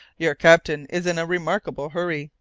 your captain is in a remarkable hurry!